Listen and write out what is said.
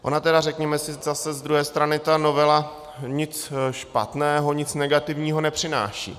Ona tedy, řekněme si zas z druhé strany, ta novela nic špatného, nic negativního nepřináší.